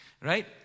right